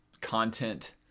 content